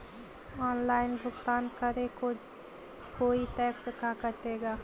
Online भुगतान करे को कोई टैक्स का कटेगा?